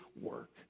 work